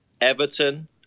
Everton